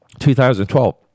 2012